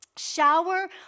Shower